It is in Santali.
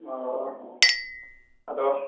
ᱚᱻ ᱦᱚᱸ ᱟᱫᱚ